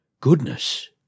Goodness